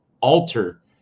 alter